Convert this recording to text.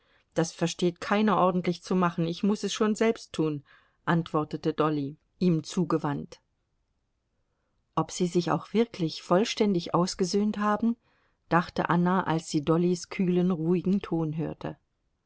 das versteht keiner ordentlich zu machen ich muß es schon selbst tun antwortete dolly ihm zugewandt ob sie sich auch wirklich vollständig ausgesöhnt haben dachte anna als sie dollys kühlen ruhigen ton hörte